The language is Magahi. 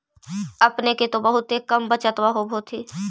अपने के तो बहुते कम बचतबा होब होथिं?